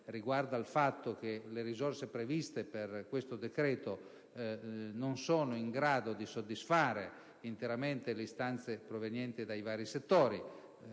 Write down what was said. riguarda il fatto che le risorse previste per questo decreto non sono in grado di soddisfare interamente le istanze provenienti dai vari settori